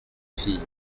fille